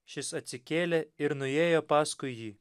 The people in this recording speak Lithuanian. šis atsikėlė ir nuėjo paskui jį